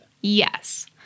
yes